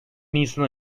nisan